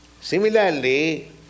Similarly